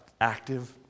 active